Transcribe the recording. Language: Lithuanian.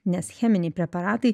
nes cheminiai preparatai